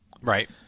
right